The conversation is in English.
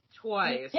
twice